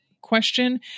question